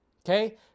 Okay